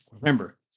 Remember